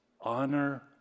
honor